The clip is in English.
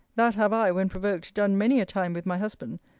that have i, when provoked, done many a time with my husband,